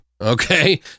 Okay